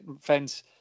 fence